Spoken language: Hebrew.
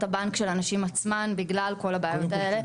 הבנק של הנשים עצמן בגלל כל הבעיות האלה,